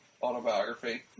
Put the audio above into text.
Autobiography